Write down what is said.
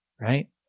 Right